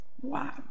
Wow